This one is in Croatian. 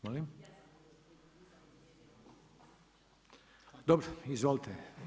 Molim? … [[Upadica sa strane, ne čuje se.]] Dobro, izvolite.